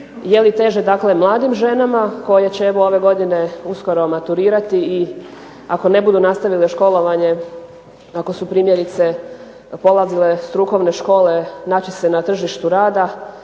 je li teže dakle mladim ženama koje će evo ove godine uskoro maturirati i ako ne budu nastavile školovanje, ako su primjerice polazile strukovne škole, naći se na tržištu rada